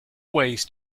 ways